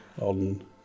on